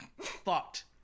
fucked